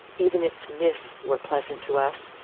even its mists were pleasant to us,